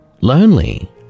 lonely